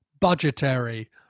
Budgetary